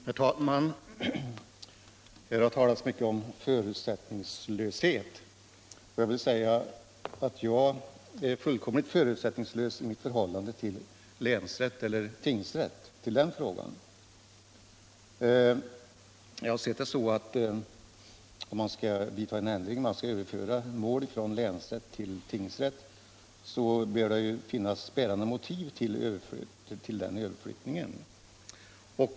Herr talman! Här har talats mycket om förutsättningslöshet. Jag vill säga att jag har en fullkomligt förutsättningslös inställning när det gäller frågan om länsrätt eller tingsrätt. Om man skall göra en ändring, om man skall överföra mål från länsrätt till tingsrätt, bör det ju finnas bärande motiv till den överflyttningen.